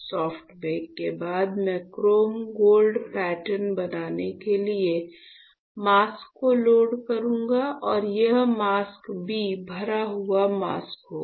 soft bake के बाद मैं क्रोम गोल्ड पैटर्न बनाने के लिए मास्क को लोड करूंगा और यह मास्क b भरा हुआ मास्क होगा